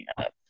up